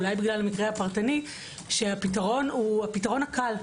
אולי בגלל המקרה הפרטני - שהפתרון הוא הפתרון הקל.